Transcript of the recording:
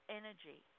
energy